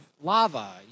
lava